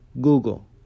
Google